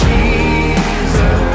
Jesus